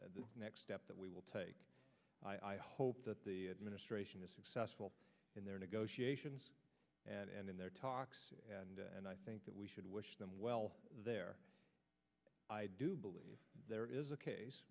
the next step that we will take i hope that the administration is successful in their negotiations and in their talks and i think that we should wish them well there i do believe there is a case